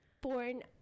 Born